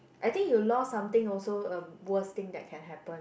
I think you lost something also uh worst thing that can happen